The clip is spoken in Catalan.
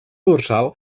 dorsal